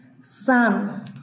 sun